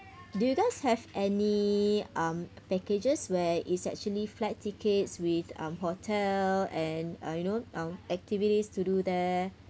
do you guys have any um packages where is actually flight tickets with um hotel and uh you know uh activities to do there